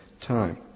time